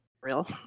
real